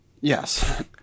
Yes